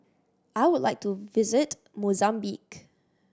I would like to visit Mozambique